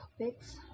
topics